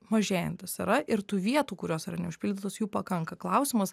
mažėjantis yra ir tų vietų kurios yra neužpildytos jų pakanka klausimas